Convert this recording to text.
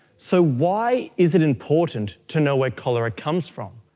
so why is it important to know where cholera comes from?